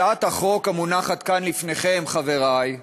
הצעת החוק המונחת כאן לפניכם, חברי,